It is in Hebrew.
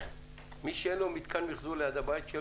מי שאין לו מתקן מיחזור ליד הבית,